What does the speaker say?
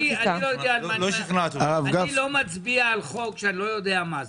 אני לא מצביע על חוק שאני לא יודע מה זה.